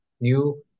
new